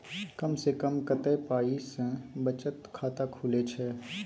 कम से कम कत्ते पाई सं बचत खाता खुले छै?